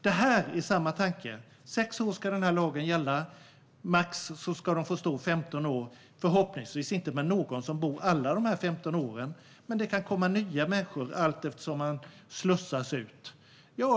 Det vi debatterar nu är samma tanke. Lagen ska gälla i sex år, och husen ska få stå max 15 år. Förhoppningsvis ska ingen bo där i alla 15 år, men det kan komma nya människor allteftersom att andra slussas ut.